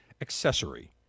accessory